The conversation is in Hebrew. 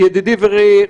ידידי ורעי,